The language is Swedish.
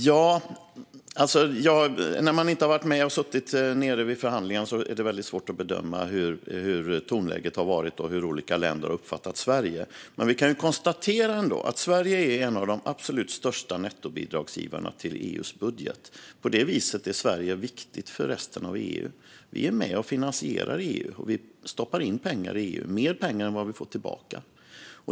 Herr ålderspresident! När man inte har suttit med vid förhandlingen är det väldigt svårt att bedöma hur tonläget har varit och hur olika länder har uppfattat Sverige. Vi kan ändå konstatera att Sverige är en av de absolut största nettobidragsgivarna till EU:s budget och att Sverige på det viset är viktigt för resten av EU. Vi är med och finansierar EU, och vi stoppar in mer pengar i EU än vi får tillbaka.